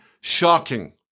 shocking